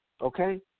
okay